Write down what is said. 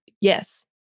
Yes